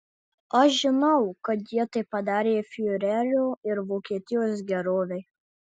aš žinau kad jie tai padarė fiurerio ir vokietijos gerovei